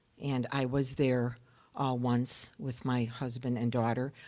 and i was there once with my husband and daughter.